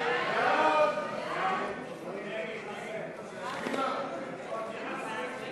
סעיף 30, המשרד לקליטת העלייה, לשנת התקציב